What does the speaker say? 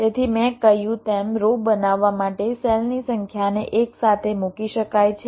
તેથી મેં કહ્યું તેમ રો બનાવવા માટે સેલની સંખ્યાને એકસાથે મૂકી શકાય છે